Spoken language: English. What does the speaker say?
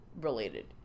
related